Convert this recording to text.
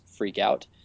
freakout